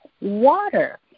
water